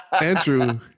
Andrew